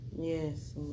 Yes